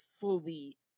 fully